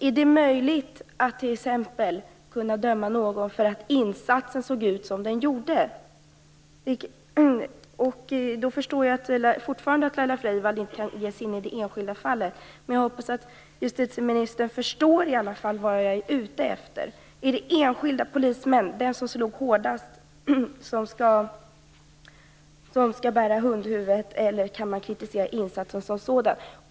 Är det möjligt att t.ex. döma någon för att insatsen såg ut som den gjorde? Jag förstår att Laila Freivalds fortfarande inte kan kommentera det enskilda fallet, men jag hoppas att justitieministern i alla fall förstår vad jag är ute efter. Är det en enskild polisman, den som slog hårdast, som skall bära hundhuvudet, eller kan man kritisera insatsen som sådan?